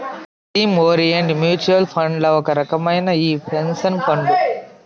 theme orient mutual ఫండ్లల్ల ఒక రకమే ఈ పెన్సన్ ఫండు